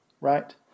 right